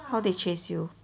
how they chase you